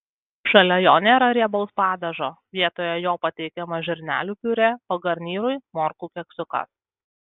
šalia jo nėra riebaus padažo vietoje jo pateikiama žirnelių piurė o garnyrui morkų keksiukas